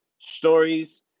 stories